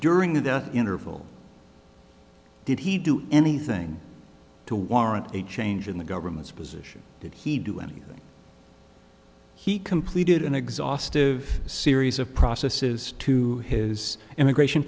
during the death interval did he do anything to warrant a change in the government's position did he do anything he completed an exhaustive series of processes to his immigration